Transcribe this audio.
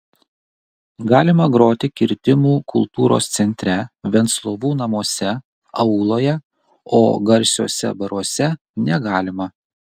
galima groti kirtimų kultūros centre venclovų namuose auloje o garsiuose baruose negalima